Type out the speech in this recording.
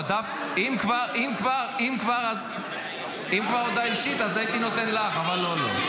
--- אם כבר הודעה אישית אז הייתי נותן לך אבל לא לו.